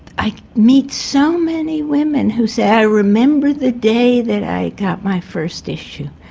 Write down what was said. i meet so many women who say, i remember the day that i got my first issue.